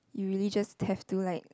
you really just have to like